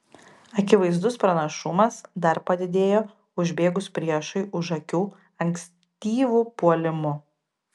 akivaizdus pranašumas dar padidėjo užbėgus priešui už akių ankstyvu puolimu